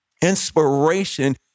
inspiration